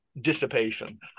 dissipation